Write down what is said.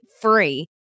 free